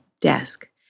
desk